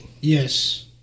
Yes